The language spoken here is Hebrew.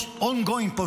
זה ongoing post-trauma,